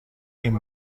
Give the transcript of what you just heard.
این